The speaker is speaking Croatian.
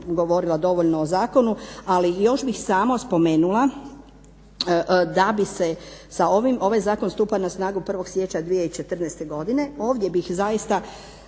govorila dovoljno o zakonu, ali još bih samo spomenula da bi se sa ovim, ovaj zakon stupa snagu 1. siječnja 2014. godine. Ovdje bih zaista